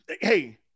hey